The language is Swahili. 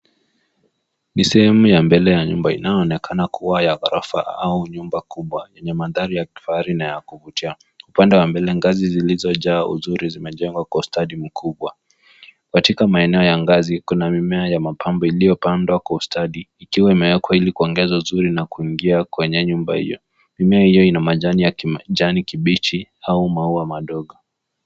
Ni sehemu ya mbele ya nyumba inayoonekana kuwa ya ghorofa au nyumba kubwa yenye mandhari ya kifahari na ya kuvutia. Upande wa mbele ngazi zilizojaa uzuri zimejengwa kwa ustadi mkubwa. Katika maeneo ya ngazi kuna mimea ya mapambo iliyopandwa kwa ustadi, ikiwa imewekwa ili kuongeza uzuri na kuingia kwenye nyumba hiyo. Mimea hiyo ina majani ya kijani kibichi au maua madogo.